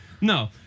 No